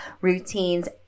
routines